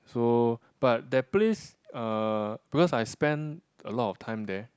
so but that place uh because I spend a lot of time there